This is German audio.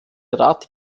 rat